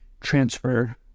transfer